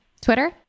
Twitter